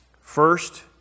first